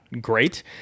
great